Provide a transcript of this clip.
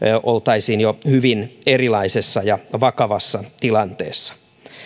oltaisiin jo hyvin erilaisessa ja vakavassa tilanteessa